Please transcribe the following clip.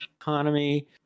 economy